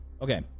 Okay